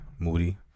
Moody